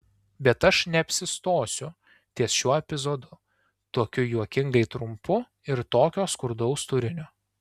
bet aš neapsistosiu ties šiuo epizodu tokiu juokingai trumpu ir tokio skurdaus turinio